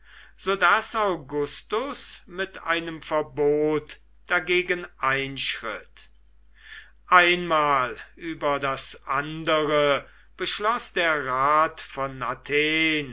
daß augustas mit einem verbot dagegen einschritt einmal über das andere beschloß der rat von athen